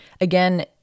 Again